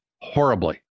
horribly